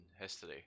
history